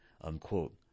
unquote